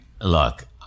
look